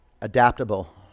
adaptable